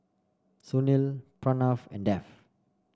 Sunil Pranav and Dev